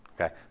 okay